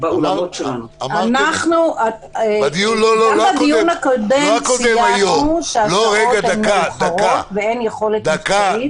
--- גם בדיון הקודם ציינו שהשעות הן מאוחרות ואין יכולת מבצעית.